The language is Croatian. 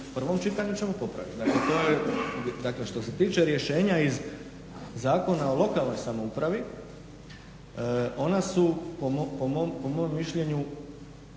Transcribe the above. prvom čitanju ćemo popraviti. Dakle, što se tiče rješenja iz Zakona o lokalnoj samoupravi ona su po mom mišljenju